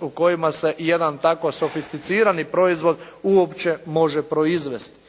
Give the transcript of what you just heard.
u kojima se i jedan tako sofisticirani proizvod uopće može proizvesti.